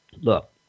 look